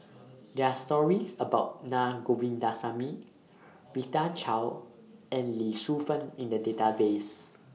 There Are stories about Na Govindasamy Rita Chao and Lee Shu Fen in The Database